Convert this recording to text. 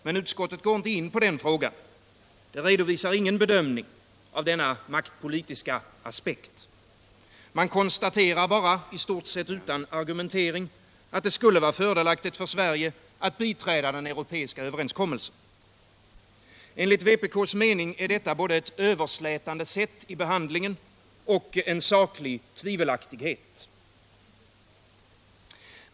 Men utskottet går inte in på den saken. Det redovisar ingen bedömning av denna maktpolitiska aspekt. Man konstaterar bara, i stort sett utan argumentering, att det skulle vara fördelaktigt för Sverige att biträda den europeiska överenskommelsen. Enligt vpk:s mening är detta både ett överslätande sätt att behandla frågan och en saklig tvivelaktighet.